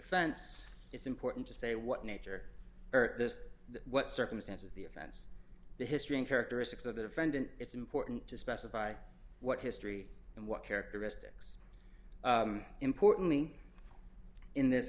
offense it's important to say what nature or this what circumstances the offense the history and characteristics of the defendant it's important to specify what history and what characteristics importantly in this